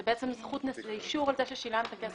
זה בעצם אישור על כך ששילמת כסף.